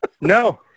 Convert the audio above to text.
No